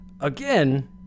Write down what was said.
again